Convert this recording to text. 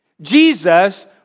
Jesus